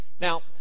Now